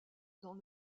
dans